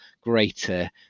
greater